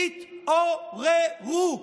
תת-עו-ר-רו.